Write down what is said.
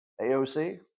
AOC